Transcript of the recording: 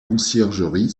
conciergerie